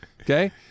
Okay